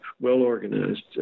well-organized